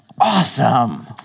Awesome